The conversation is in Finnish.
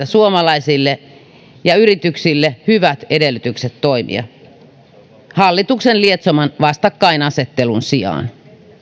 suomalaisille työtä ja yrityksille hyvät edellytykset toimia hallituksen lietsoman vastakkainasettelun sijaan